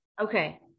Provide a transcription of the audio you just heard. Okay